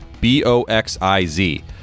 B-O-X-I-Z